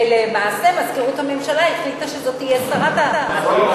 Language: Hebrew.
ולמעשה מזכירות הממשלה החליטה שזאת תהיה שרת התרבות.